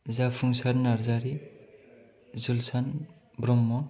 जाफुंसार नार्जारी जिउसान ब्रह्म